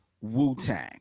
Wu-Tang